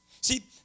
See